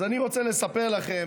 אז אני רוצה לספר לכם,